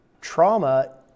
trauma